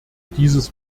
dieses